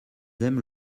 aiment